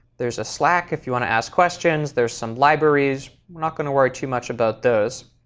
there's a slack if you want to ask questions. there's some libraries. we're not going to worry too much about those.